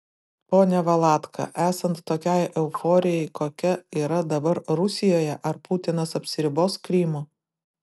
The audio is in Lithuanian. pone valatka esant tokiai euforijai kokia yra dabar rusijoje ar putinas apsiribos krymu